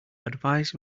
advice